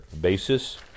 basis